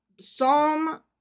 Psalm